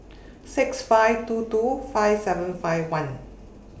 six five two two five seven five one